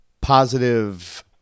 positive